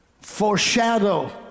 foreshadow